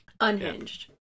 Unhinged